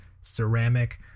ceramic